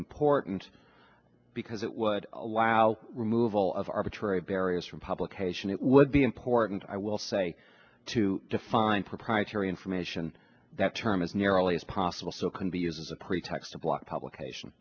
important because it would allow removal of arbitrary barriers from publication it would be important i will say to define proprietary information that term as nearly as possible so it can be used as a pretext to block publication